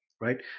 right